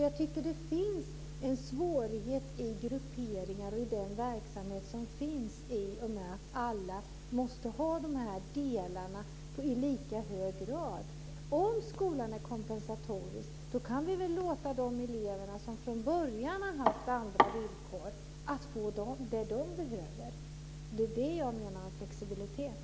Jag tycker att det finns en svårighet i de grupperingar och i den verksamhet som nu finns i och med att alla i lika hög grad måste ha de här delarna. Om skolan är kompensatorisk kan vi väl låta de elever som från början haft andra villkor få vad de behöver. Det är vad jag menar med flexibilitet.